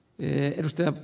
neljästä